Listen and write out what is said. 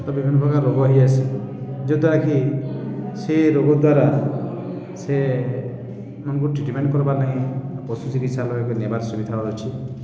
ବିଭିନ୍ନ ପ୍ରକାର ରୋଗ ହେଇଯାଇସି ଯଦ୍ୱାରାକିି ସେଇ ରୋଗ ଦ୍ୱାରା ସେ ଆମକୁ ଟ୍ରିଟମେଣ୍ଟ କରବାର ଲାଗି ପଶୁ ଚିକିତ୍ସାଳୟକେ ନେବାର ସୁବିଧା ଅଛି